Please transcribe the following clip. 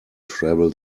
travel